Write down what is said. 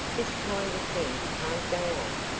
this kind of thing can't go on.